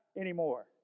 anymore